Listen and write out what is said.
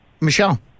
Michelle